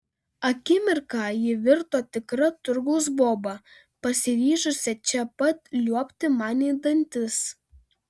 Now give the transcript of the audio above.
akimirką ji virto tikra turgaus boba pasiryžusia čia pat liuobti man į dantis